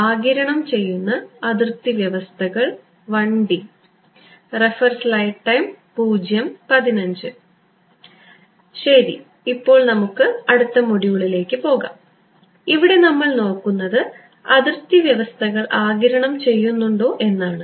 ആഗിരണം ചെയ്യുന്ന അതിർത്തി വ്യവസ്ഥകൾ 1D ശരി ഇപ്പോൾ നമുക്ക് അടുത്ത മൊഡ്യൂളിലേക്ക് പോകാം ഇവിടെ നമ്മൾ നോക്കുന്നത് അതിർത്തി വ്യവസ്ഥകൾ ആഗിരണം ചെയ്യുന്നുണ്ടോ എന്നാണ്